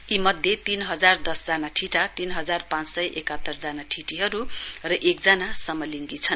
यी मध्ये तीन हजार दश जना ठिटा तीन हजार पाँच सय एकात्तर जना ठिटीहरू र एकजना समलिङ्गी छन्